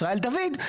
ישראל דוד,